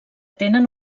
tenen